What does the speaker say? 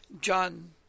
John